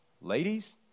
Ladies